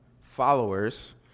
followers